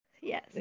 Yes